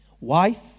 wife